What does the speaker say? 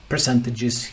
percentages